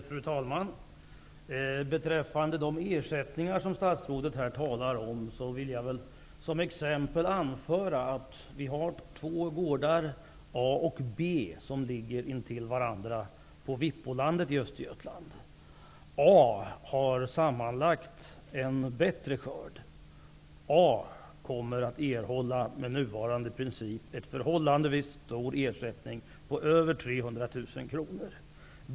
Fru talman! Beträffande de ersättningar som statsrådet här talar om, vill jag som exempel anföra två gårdar, A och B, som ligger intill varandra på Vikbolandet i Östergötland. A har sammanlagt en bättre skörd. A kommer att erhålla, med nuvarande princip, en förhållandevis stor ersättning på över 300 000kr.